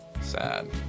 sad